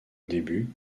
début